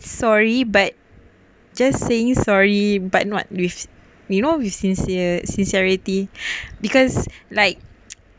sorry but just saying sorry but not with me you know with sincere sincerity because like